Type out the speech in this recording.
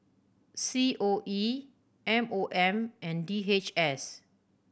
C O E M O M and D H S